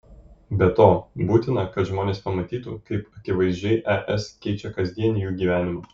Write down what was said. be to būtina kad žmonės pamatytų kaip akivaizdžiai es keičia kasdienį jų gyvenimą